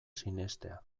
sinestea